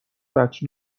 وجه